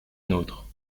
nôtre